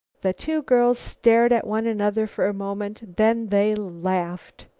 the two girls stared at one another for a moment. then they laughed.